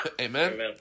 Amen